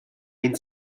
ein